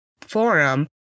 Forum